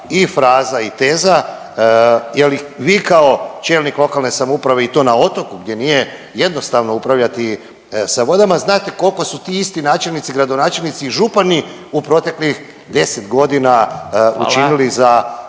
i fraza i teza jel vi kao čelnik lokalne samouprave i to na otoku gdje nije jednostavno upravljati sa vodama znate kolko su ti isti načelnici, gradonačelnici i župani u proteklih 10 godina učinili